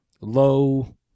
low